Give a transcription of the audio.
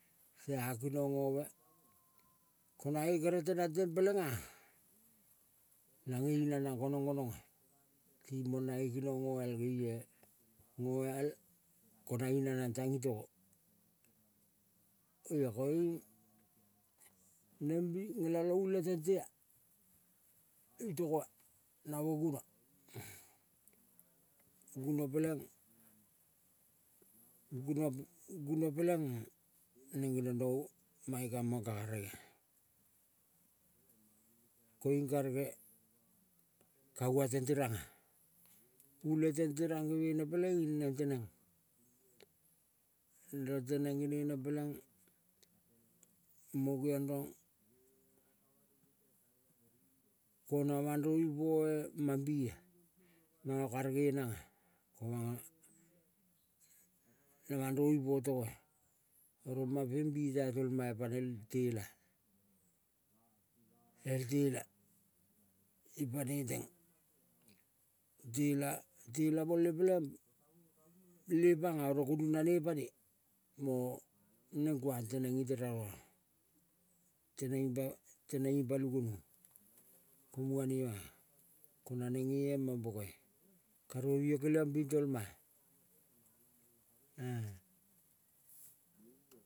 Tea kinong ngove ko nae kere tenang teng pelenga nange inanang gonong gononga timong nae. Kinong ngoial ngeie, ngoial ko nang inanang tang itogo oia koing rembi ngelalo ule tentea itogoa namo guno. Guno peleng guno, guno pelenga neng geniong rong-o mae. Kamang ka karegea, koing karege kava tente ranga. Ule tente rang gevene peleing neng teneng. Rong teneng genene peleng mo geong rong kona mandrovi po mambia manga, karege inanga. Ko manga na mandrovi po togoa oro mapeng bi tai tolma panel tela, el tela ipaneteng. Tela, tela mole peleng lepanga oro gonu nane pane mo neng, kuang teneng ngiteraronga teneng pa teneng ipa lu gonu ko mugane ma. Kona naneng nge-e mampo karovi, io keliang ping tolma-e.